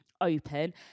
open